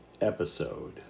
episode